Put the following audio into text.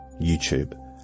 youtube